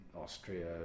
Austria